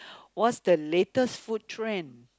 what's the latest food trend